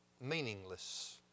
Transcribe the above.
meaningless